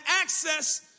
access